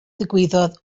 ddigwyddodd